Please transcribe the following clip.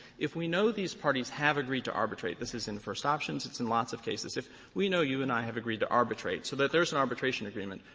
if we know these parties have agreed to arbitrate this is in the first options. it's in lots of cases if we know you and i have agreed to arbitrate so that there's an arbitration agreement,